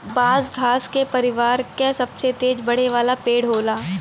बांस घास के परिवार क सबसे तेज बढ़े वाला पेड़ होला